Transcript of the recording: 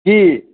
जी